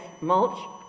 mulch